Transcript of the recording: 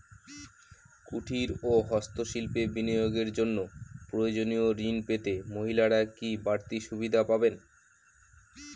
কুটীর ও হস্ত শিল্পে বিনিয়োগের জন্য প্রয়োজনীয় ঋণ পেতে মহিলারা কি বাড়তি সুবিধে পাবেন?